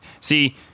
See